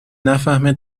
نفهمه